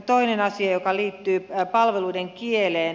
toinen asia liittyy palveluiden kieleen